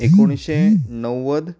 एकुणशे णव्वद